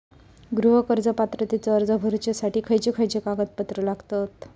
गृह कर्ज पात्रतेचो अर्ज भरुच्यासाठी खयचे खयचे कागदपत्र लागतत?